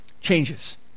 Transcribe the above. changes